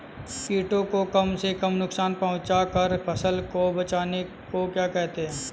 कीटों को कम से कम नुकसान पहुंचा कर फसल को बचाने को क्या कहते हैं?